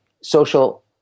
social